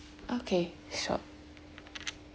okay sure